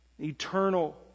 Eternal